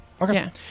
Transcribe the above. Okay